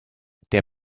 der